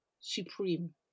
supreme